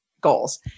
goals